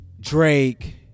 drake